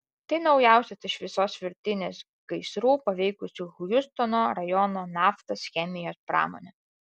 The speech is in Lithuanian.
tai naujausias iš visos virtinės gaisrų paveikusių hjustono rajono naftos chemijos pramonę